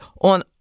on